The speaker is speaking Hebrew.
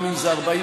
גם אם זה 40%,